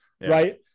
right